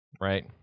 right